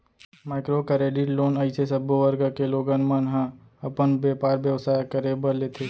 micro credit loan अइसे सब्बो वर्ग के लोगन मन ह अपन बेपार बेवसाय करे बर लेथे